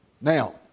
Now